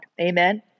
Amen